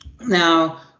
Now